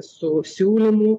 su siūlymu